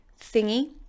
thingy